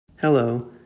Hello